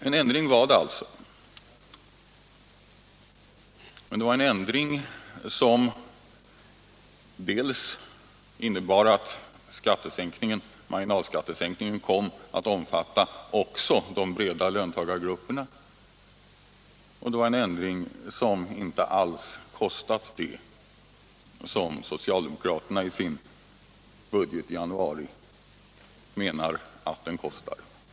En ändring var det alltså, men dels innebar den att marginalskattesänkningen kom att omfatta också de breda löntagargrupperna, dels var kostnaden inte alls den som socialdemokraterna i sitt budgetförslag i januari angav.